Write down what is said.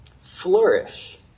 flourish